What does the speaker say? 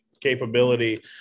capability –